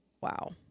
wow